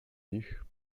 nich